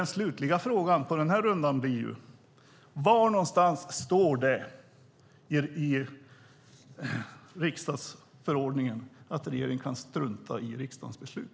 Den slutliga frågan i den här rundan blir: Var någonstans står det i riksdagsordningen att regeringen kan strunta i riksdagens beslut?